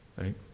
Right